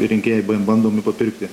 rinkėjai bandomi papirkti